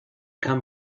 come